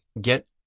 get